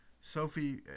Sophie